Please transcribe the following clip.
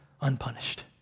unpunished